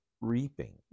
reaping